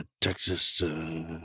Texas